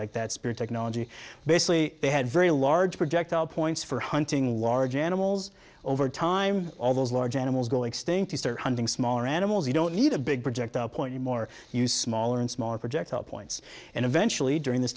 like that spirit technology basically they had very large projectile points for hunting large animals over time all those large animals go extinct hunting smaller animals you don't need a big project point more use smaller and smaller projectile points and eventually during this